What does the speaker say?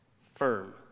Firm